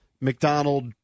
McDonald